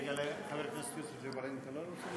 רגע, לחבר הכנסת יוסף ג'בארין אתה לא עונה?